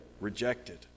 rejected